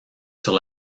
sur